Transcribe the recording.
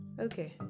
Okay